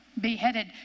beheaded